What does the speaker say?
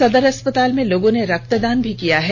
सदर अस्पताल में लोगों ने रक्तदान भी किया है